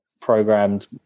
programmed